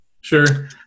Sure